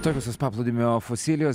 tokios tos paplūdimio fosilijos